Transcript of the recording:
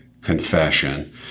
confession